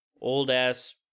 old-ass